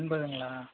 எண்பதுங்களா